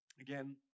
again